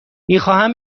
میخواهم